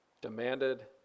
demanded